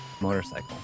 motorcycle